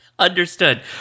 understood